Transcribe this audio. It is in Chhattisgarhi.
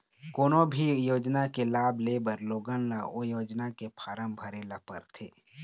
कोनो भी योजना के लाभ लेबर लोगन ल ओ योजना के फारम भरे ल परथे